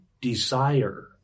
desire